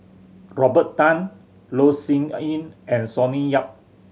Robert Tan Loh Sin Yun and Sonny Yap